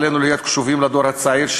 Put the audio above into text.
עלינו להיות קשובים לדור הצעיר,